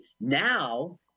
now